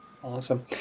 Awesome